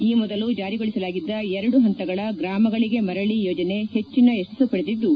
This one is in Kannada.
ಈ ಮೊದಲು ಜಾರಿಗೊಳಿಸಲಾಗಿದ್ದ ಎರಡು ಹಂತಗಳ ಗ್ರಾಮಗಳಿಗೆ ಮರಳಿ ಯೋಜನೆ ಹೆಚ್ಚಿನ ಯಶಸ್ಸು ಪಡೆದಿದ್ದು